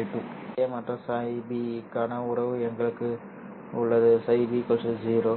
எனவே ϕa மற்றும் ϕb க்கான உறவு எங்களுக்கு உள்ளது ϕb 0